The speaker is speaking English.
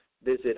visit